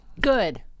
Good